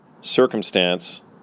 circumstance